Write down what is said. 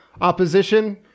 opposition